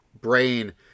brain